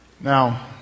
now